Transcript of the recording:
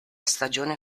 stagione